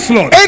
Lord